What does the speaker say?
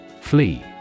Flee